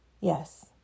yes